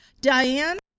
Diane